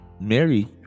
Mary